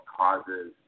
causes